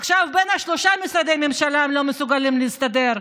עכשיו בין שלושה משרדי הממשלה הם לא מסוגלים להסתדר.